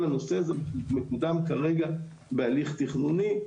כל הנושא הזה מקודם כרגע בהליך תכנוני,